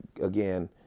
again